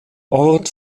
ort